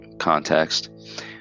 context